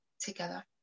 together